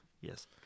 yes